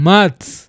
Maths